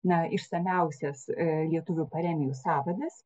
na išsamiausias lietuvių paremijų sąvadas